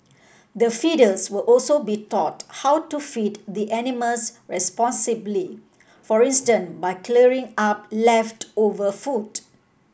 the feeders will also be taught how to feed the animals responsibly for instance by clearing up leftover food